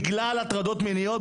בגלל הטרדות מיניות,